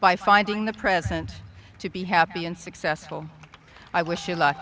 by finding the present to be happy and successful i wish you luck